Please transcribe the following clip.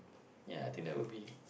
ya I think that would be